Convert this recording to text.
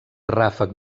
ràfec